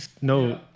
No